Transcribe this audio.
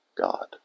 God